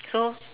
so